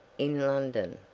in london.